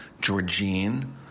Georgine